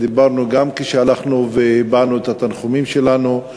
דיברנו על זה גם כשהלכנו והבענו את התנחומים שלנו,